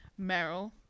Meryl